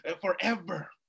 forever